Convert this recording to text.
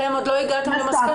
הגעתם למסקנה